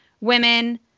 women